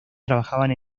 trabajaban